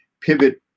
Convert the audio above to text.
pivot